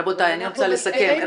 רבותיי, אני רוצה לסכם.